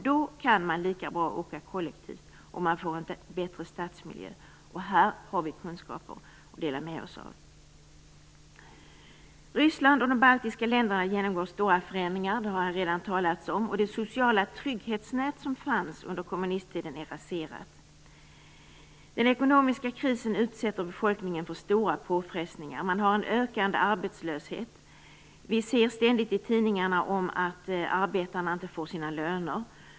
Då kan man lika gärna åka kollektivt, och man får en bättre stadsmiljö. Här har vi kunskaper att dela med oss av. Här har redan sagts att Ryssland och de baltiska länderna genomgår stora förändringar. Det sociala trygghetsnät som fanns under kommunisttiden är raserat. Den ekonomiska krisen utsätter befolkningen för stora påfrestningar. Man har en ökande arbetslöshet. Vi ser ständigt i tidningarna att arbetarna inte får sina löner.